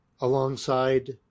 alongside